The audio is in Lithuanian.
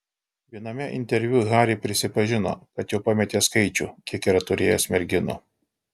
viename interviu harry prisipažino kad jau pametė skaičių kiek yra turėjęs merginų